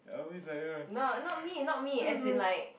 always like that [one]